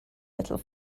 little